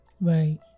Right